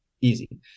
easy